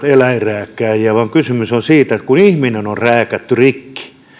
eläinrääkkääjiä vaan kysymys on siitä että kun ihminen on rääkätty rikki